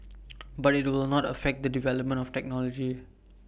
but IT will not affect the development of technology